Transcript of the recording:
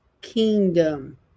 kingdom